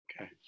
okay